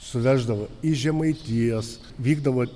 suveždavo iš žemaitijos vykdavo